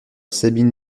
sabine